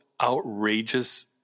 outrageous